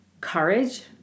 courage